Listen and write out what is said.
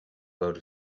world